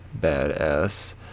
badass